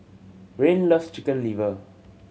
Rayne loves Chicken Liver